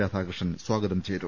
രാധാകൃഷ്ണൻ സ്വാഗതം ചെയ്തു